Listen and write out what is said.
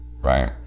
right